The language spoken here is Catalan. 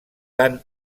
tant